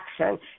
action